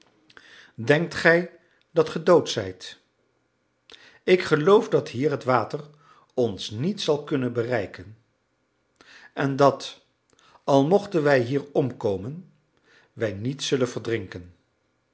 denkt gij dat ge dood zijt ik geloof dat hier het water ons niet zal kunnen bereiken en dat al mochten wij hier omkomen wij niet zullen verdrinken